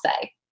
say